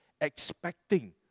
expecting